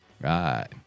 Right